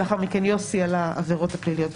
ולאחר מכן יוסי ידבר על העבירות הפליליות.